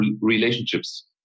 relationships